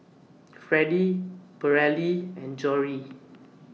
Fredie Paralee and Jory